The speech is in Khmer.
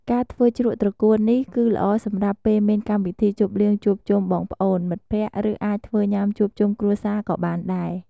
ការធ្វើជ្រក់ត្រកួននេះ គឺល្អសម្រាប់ពេលមានកម្មវិធីជប់លៀងជួបជុំបងប្អូន មិត្តភក្តិ ឬអាចធ្វើញ៉ាំជួបជុំគ្រួសារក៏បានដែរ។